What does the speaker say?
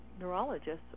neurologists